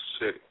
city